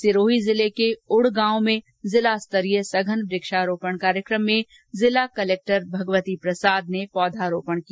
सिरोही जिले के उड़ गांव में जिला स्तरीय सघन वृक्षारोपण कार्यकम में जिला कलेक्टर भगवती प्रसाद ने पौधारोपण किया